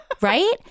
Right